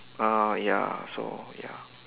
ah ya so ya